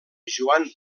joan